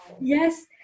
Yes